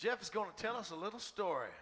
is going to tell us a little story